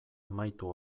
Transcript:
amaitu